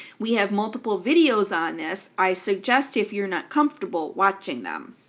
we have multiple videos on this. i suggest if you're not comfortable watching them.